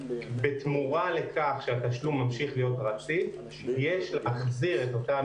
בתמורה לכך שהתשלום ממשיך להיות רציף יש להחזיר את אותם